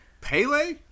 pele